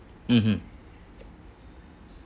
mm mm